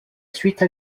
suite